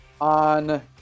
on